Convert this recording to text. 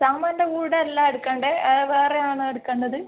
സാമ്പാറിൻ്റെ കൂടെ അല്ല എടുക്കണ്ടെ വേറെ ആണോ എടുക്കേണ്ടത്